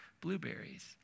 blueberries